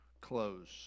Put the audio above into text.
close